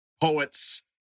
poets